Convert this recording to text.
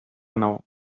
now